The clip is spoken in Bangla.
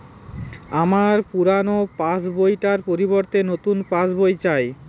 আমার পুরানো পাশ বই টার পরিবর্তে নতুন পাশ বই চাই